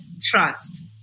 trust